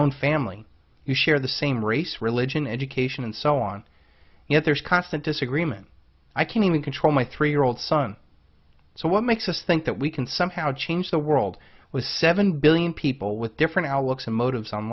own family you share the same race religion education and so on yet there is constant disagreement i can even control my three year old son so what makes us think that we can somehow change the world was seven billion people with different outlooks and motives on